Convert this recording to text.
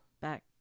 back